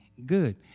good